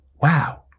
wow